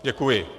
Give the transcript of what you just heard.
Děkuji.